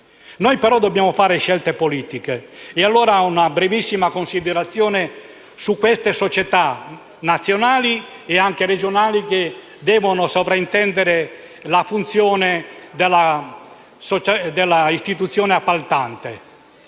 Noi dobbiamo fare scelte politiche. Mi sia allora consentita una brevissima considerazione sulle società, nazionali e anche regionali, che devono sovraintendere la funzione dell'istituzione appaltante.